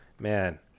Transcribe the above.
Man